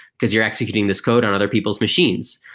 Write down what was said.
because you're executing this code on other people's machines.